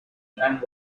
and